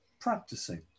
practicing